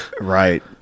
right